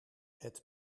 het